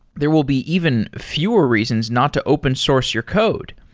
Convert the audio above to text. there will be even fewer reasons not to open source your code.